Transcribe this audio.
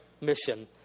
mission